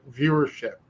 viewership